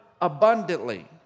abundantly